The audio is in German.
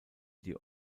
die